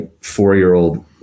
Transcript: four-year-old